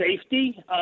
safety